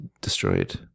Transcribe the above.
destroyed